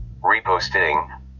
reposting